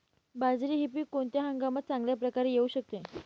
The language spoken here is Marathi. बाजरी हे पीक कोणत्या हंगामात चांगल्या प्रकारे येऊ शकते?